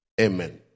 Amen